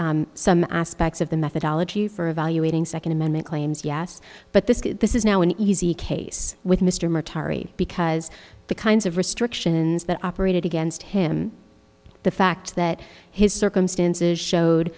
some aspects of the methodology for evaluating second amendment claims yes but this this is now an easy case with mr maher tare because the kinds of restrictions that operated against him the fact that his circumstances showed